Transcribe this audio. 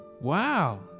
Wow